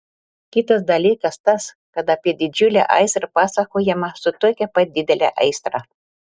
kitas dalykas tas kad apie didžiulę aistrą pasakojama su tokia pat didele aistra